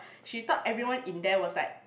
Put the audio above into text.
she thought everyone in there was like